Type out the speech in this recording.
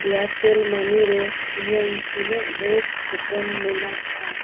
Airtel money ᱨᱮ ᱤᱧᱟᱹᱜ ᱛᱤᱱᱟ ᱜ ᱵᱳᱭᱫᱷᱚ ᱠᱩᱯᱚᱱ ᱢᱮᱱᱟᱜᱼᱟ